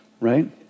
right